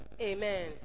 Amen